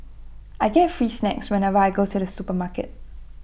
I get free snacks whenever I go to the supermarket